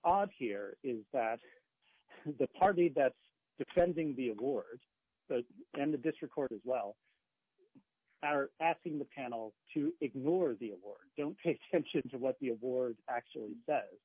odd here is that the party that's defending the aboard the end of this record as well are asking the panel to ignore the award don't pay attention to what the award actually